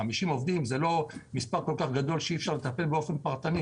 חמישים עובדים זה לא מספר כל כך גדול שאי אפשר לטפל באופן פרטני,